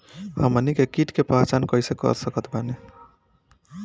हमनी के कीट के पहचान कइसे कर सकत बानी?